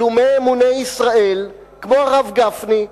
שלומי אמוני ישראל, כמו הרב גפני,